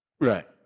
Right